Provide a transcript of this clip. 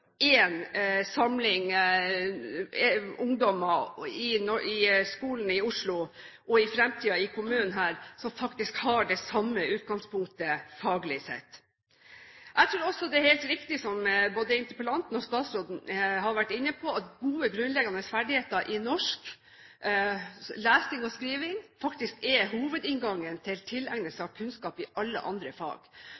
en samling ungdommer i skolen i Oslo og i kommunen som har det samme utgangspunktet faglig sett. Jeg tror også det er helt riktig, som både interpellanten og statsråden har vært inne på, at gode grunnleggende ferdigheter i norsk, lesing og skriving, er hovedinngangen til tilegnelse